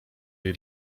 jej